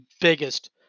biggest